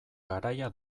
garaia